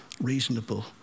reasonable